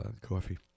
coffee